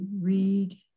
read